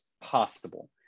possible